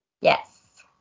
Yes